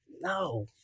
no